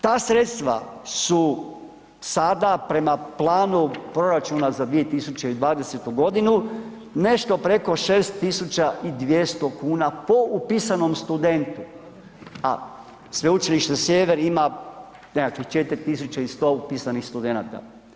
Ta sredstva su sada prema planu proračuna za 2020. g. nešto preko 6200 kn po upisanom studentu, a Sveučilište Sjever ima nekakvih 4100 upisanih studenata.